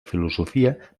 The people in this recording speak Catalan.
filosofia